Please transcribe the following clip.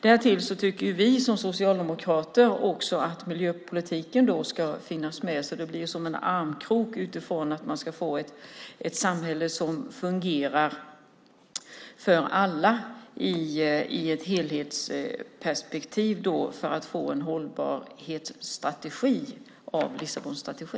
Dessutom tycker vi socialdemokrater att även miljöpolitiken ska finnas med så att det blir som en armkrok - detta utifrån att man får ett samhälle som i ett helhetsperspektiv fungerar för alla och för att i och med Lissabonstrategin få en hållbarhetsstrategi.